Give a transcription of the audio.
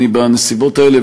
בנסיבות האלה,